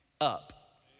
up